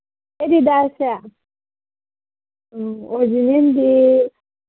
ꯑꯦꯗꯤꯗꯥꯁꯁꯦ ꯑꯣꯔꯤꯖꯤꯅꯦꯜꯗꯤ